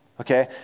okay